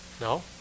No